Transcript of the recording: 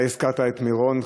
אתה הזכרת את מירון.